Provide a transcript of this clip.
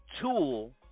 tool